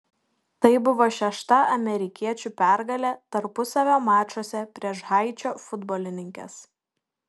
tai buvo šešta amerikiečių pergalė tarpusavio mačuose prieš haičio futbolininkes